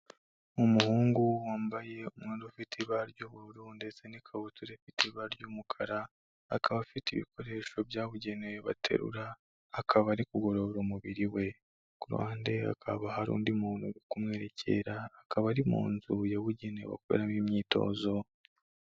Umuhungu wambaye umwenda ufite ibara ry'ubururu ndetse n'ikabutura ifite ibara ry'umukara, akaba afite ibikoresho byabugenewe baterura, akaba ari kugorora umubiri we, ku ruhande hakaba hari undi muntu uri kumwerekera, akaba ari mu nzu yabugenewe akoreramo imyitozo.